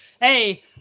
hey